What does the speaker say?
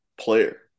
player